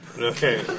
Okay